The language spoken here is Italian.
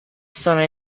sono